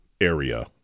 area